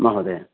महोदय